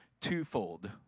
twofold